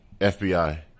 FBI